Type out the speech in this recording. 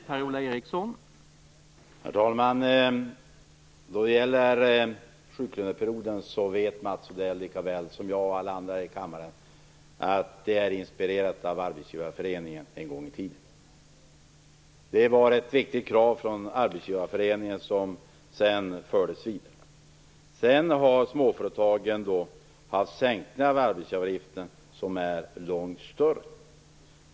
Herr talman! Mats Odell vet lika väl som jag och alla andra i kammaren att sjuklöneperioden hade en gång i tiden sin inspiration hos Arbetsgivareföreningen. Det var ett viktigt krav från Arbetsgivareföreningen som senare fördes vidare. Småföretagen har fått arbetsgivaravgiften sänkt.